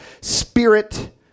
spirit